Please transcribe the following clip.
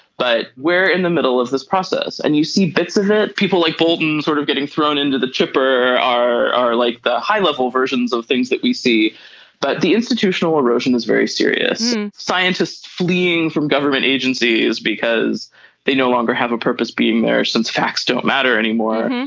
but where in the middle of this process and you see bits of of it people like bolton's sort of getting thrown into the chipper are are like the high level versions of things that we see but the institutional erosion is very serious scientists fleeing from government agencies because they no longer have a purpose being there since facts don't matter anymore.